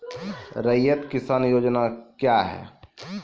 रैयत किसान योजना क्या हैं?